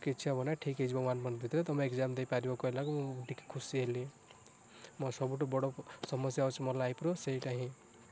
କିଛି ହବନି ଠିକ୍ ହେଇଯିବ ୱାନ୍ ମନ୍ଥ ଭିତରେ ତୁମେ ଏଗଜାମ୍ ଦେଇପାରିବ କହିଲାକୁ ମୁଁ ଟିକେ ଖୁସି ହେଲି ମୋ ସବୁଠୁ ବଡ଼ ସମସ୍ୟା ହେଉଛି ମୋ ଲାଇଫ୍ର ସେଇଟା ହିଁ